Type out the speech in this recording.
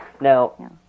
Now